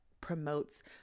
promotes